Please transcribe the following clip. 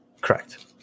Correct